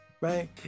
Right